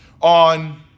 on